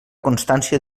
constància